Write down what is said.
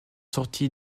sorti